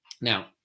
Now